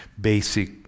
basic